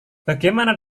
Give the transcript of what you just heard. bagaimana